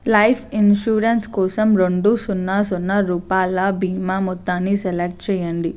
life insurance కోసం రెండు సున్నా సున్నా రూపాయల భీమా మొత్తాన్ని సెలెక్ట్ చేయండి